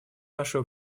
нашей